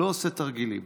לא עושה תרגילים.